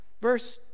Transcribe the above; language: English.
Verse